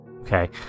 okay